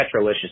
Petrolicious